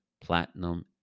platinum